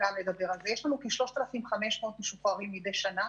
יש לנו כ-3,500 משוחררים מדי שנה